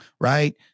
Right